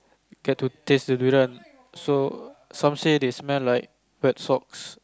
get to taste the durian so some say they smell like wet socks